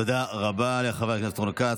תודה רבה לחבר הכנסת רון כץ.